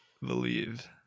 believe